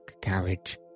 carriage